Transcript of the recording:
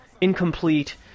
incomplete